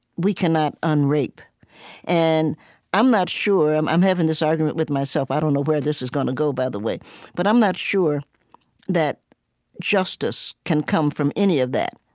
we cannot un-rape and i'm not sure i'm i'm having this argument with myself. i don't know where this is going to go, by the way but i'm not sure that justice can come from any of that.